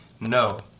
no